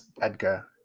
Edgar